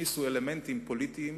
הכניסו אלמנטים פוליטיים